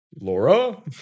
Laura